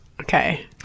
Okay